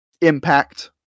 impact